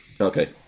Okay